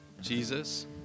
Jesus